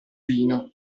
vino